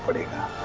naina.